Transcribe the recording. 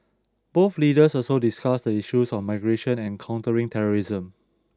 both leaders also discussed the issues of migration and countering terrorism